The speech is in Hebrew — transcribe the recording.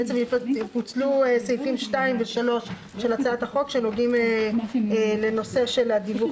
לרבות אותו סכום שממנו היו משולמים דמי הביטוח,